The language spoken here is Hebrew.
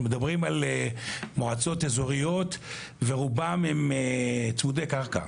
אנחנו מדברים על מועצות אזוריות ורובם הם צמודי קרקע.